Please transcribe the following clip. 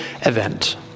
event